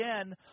again